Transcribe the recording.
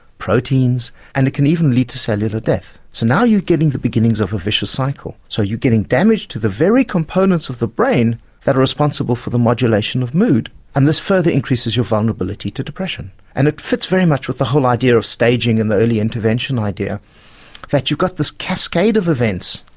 proteins and it can even lead to cellular death. so now you're getting the beginnings of a vicious cycle. so you're getting damage to the very components of the brain that are responsible for the modulation of mood and this further increases your vulnerability to depression. and it fits very much with the whole idea of staging and the early intervention idea that you've got this cascade of events,